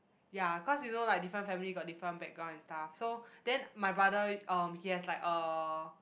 ya cause you know like different family got different background and stuff so then my brother um he has like uh